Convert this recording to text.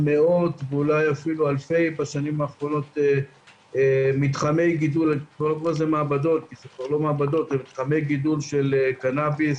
אלפי מתחמי גידול של קנאביס